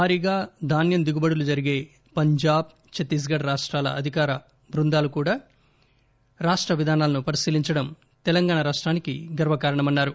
భారీగా ధాన్యం దిగుబడులు జరిగే పంజాబ్ ఛత్తీస్గఢ్ రాష్టాల అధికారుల ట్ఫందాలు కూడా రాష్ట విధానాలను పరిశీలించడం తెలంగాణ రాష్టానికి గర్వకారణమన్నారు